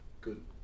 good